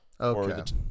Okay